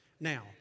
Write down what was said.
Now